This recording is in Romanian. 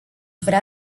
vrea